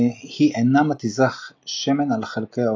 והיא אינה מתיזה שמן על חלקי האופנוע.